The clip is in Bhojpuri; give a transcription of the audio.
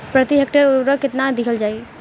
प्रति हेक्टेयर उर्वरक केतना दिहल जाई?